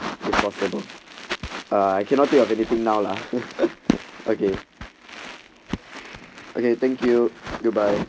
if possible uh I cannot think of anything now lah okay okay thank you goodbye